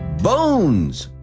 bones!